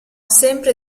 sempre